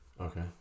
Okay